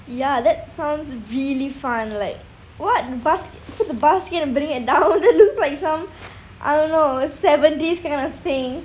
ya that sounds really fun like what bas~ put a basket and bring it down that looks like some I don't know seventies kind of thing